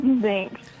Thanks